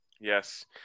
Yes